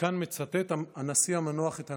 וכאן מצטט הנשיא המנוח את הנביא: